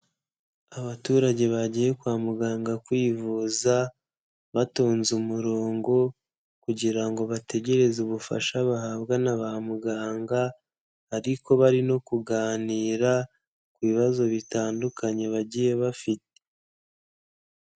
Abaturage bagiye kwa muganga kwivuza, batonze umurongo kugira ngo bategereze ubufasha bahabwa na ba muganga, ariko bari no kuganira ku bibazo bitandukanye bagiye bafite.